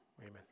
amen